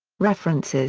references